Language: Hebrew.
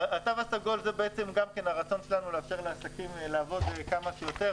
הסגול זה גם הרצון שלנו לאפשר לעסקים לעבוד כמה שיותר,